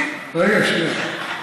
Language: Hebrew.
רגע, שנייה.